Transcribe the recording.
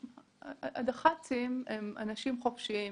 הדח"צים הם אנשים חופשיים.